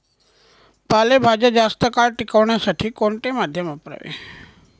पालेभाज्या जास्त काळ टिकवण्यासाठी कोणते माध्यम वापरावे?